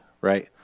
right